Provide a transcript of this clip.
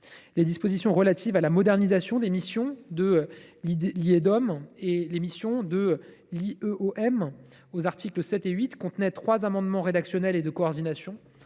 Les dispositions relatives à la modernisation des missions de l’Iedom et de L’Ieom aux articles 7 et 8 contenaient trois amendements rédactionnels et de coordination.